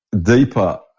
deeper